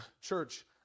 church